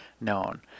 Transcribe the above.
known